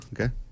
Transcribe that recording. okay